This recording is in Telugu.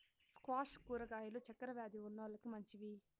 స్క్వాష్ కూరగాయలు చక్కర వ్యాది ఉన్నోలకి మంచివి